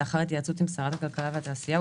לאחר התייעצות עם שרת הכלכלה והתעשייה,